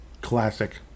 Classic